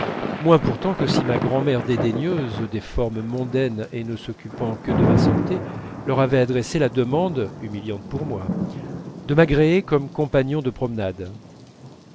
moins pourtant que si ma grand'mère dédaigneuse des formes mondaines et ne s'occupant que de ma santé leur avait adressé la demande humiliante pour moi de m'agréer comme compagnon de promenade